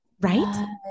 Right